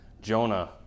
Jonah